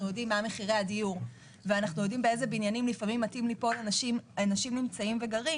יודעים מה מחירי הדיור ואנחנו יודעים באיזה בניינים אנשים נמצאים וגרים,